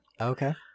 okay